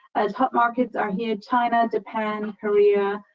as hot markets are here china, japan, korea,